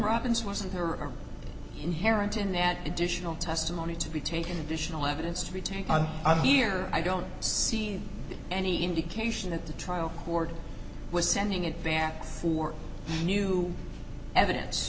robbins wasn't there are inherent in that additional testimony to be taken additional evidence to be taken up here i don't see any indication at the trial court was sending it back for new evidence